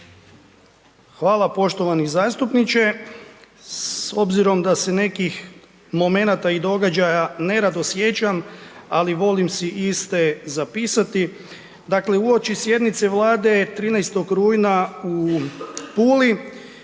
Hvala poštovani zastupniče, s obzirom da se nekih momenata i događaja nerado sjećam, ali volim si iste zapisati, dakle uopći sjednice Vlade 13. rujna u Puli,